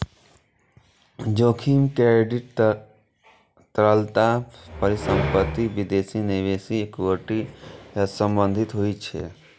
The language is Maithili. जोखिम क्रेडिट, तरलता, परिसंपत्ति, विदेशी निवेश, इक्विटी सं संबंधित होइ छै